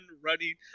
running